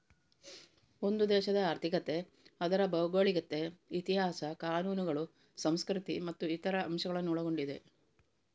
ಒಂದು ದೇಶದ ಆರ್ಥಿಕತೆ ಅದರ ಭೌಗೋಳಿಕತೆ, ಇತಿಹಾಸ, ಕಾನೂನುಗಳು, ಸಂಸ್ಕೃತಿ ಮತ್ತು ಇತರ ಅಂಶಗಳನ್ನ ಒಳಗೊಂಡಿದೆ